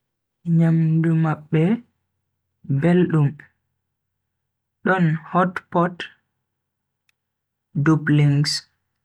Nyamdu mabbe beldum, don hot pot, dumplings.